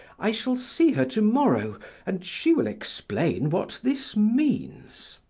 i shall see her to-morrow and she will explain what this means.